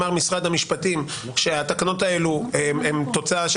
אמר משרד המשפטים שהתקנות האלו הם תוצאה של